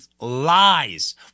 lies